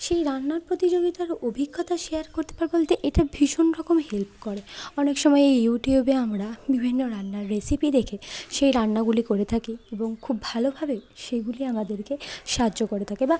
সেই রান্নার প্রতিযোগিতার অভিজ্ঞতা শেয়ার করতে পারব বলতে এটা ভীষণ রকম হেল্প করে অনেক সময় এই ইউটিউবে আমরা বিভিন্ন রান্নার রেসিপি দেখে সেই রান্নাগুলি করে থাকি এবং খুব ভালোভাবে সেইগুলি আমাদেরকে সাহায্য করে থাকে বা